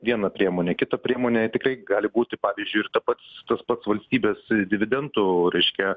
viena priemonė kita priemonė tikrai gali būti pavyzdžiui ir ta pats tas pats valstybės dividendų reiškia